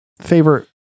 favorite